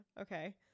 Okay